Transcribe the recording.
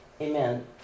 Amen